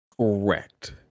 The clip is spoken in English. Correct